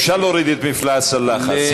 אפשר להוריד את מפלס הלחץ.